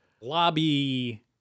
lobby